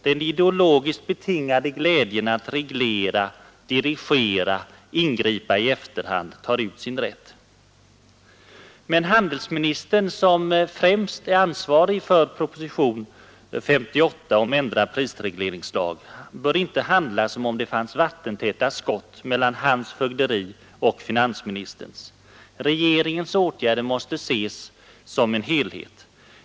Den ideologiskt betingade glädjen att reglera, dirigera, ingripa i efterhand tar ut sin rätt. Men handelsministern, som främst är ansvarig för proposition nr 58 om ändrad prisregleringslag, bör inte handla som om det fanns vattentäta skott mellan hans fögderi och finansministerns. Regeringens åtgärder måste ses som en helhet.